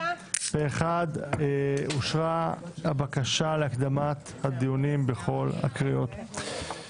אין פה אחד אורה הבקשה להקדמת הדיונים בכל הקריאות.